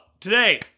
today